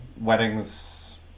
weddings